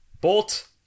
Bolt